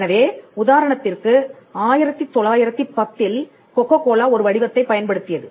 எனவே உதாரணத்திற்கு 1910 ல் கொக்கோகோலா ஒரு வடிவத்தைப் பயன்படுத்தியது